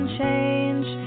change